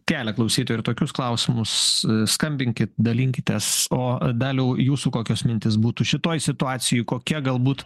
kelia klausytojai ir tokius klausimus skambinkit dalinkitės o daliau jūsų kokios mintys būtų šitoj situacijoj kokia galbūt